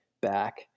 back